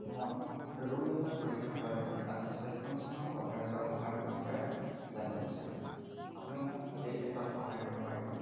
মই ৰোগ নিৰ্ণয় পৰীক্ষাৰ বাবে ৰাষ্ট্ৰীয় স্বাস্থ্য মিছনৰ কভাৰেজৰ লাভালাভৰ বিষয়ে জানিব বিচাৰোঁ আপুনি মোক এই ক্ষেত্ৰত সহায় কৰিব পাৰিবনে